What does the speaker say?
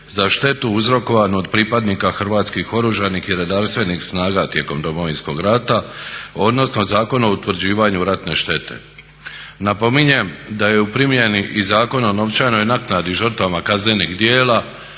za štetu uzrokovanu od pripadnika Hrvatskih oružanih i redarstvenih snaga tijekom Domovinskog rata, odnosno Zakon o utvrđivanju ratne štete. Napominjem da je u primjeni i Zakon o novčanoj naknadi žrtvama kaznenih djela,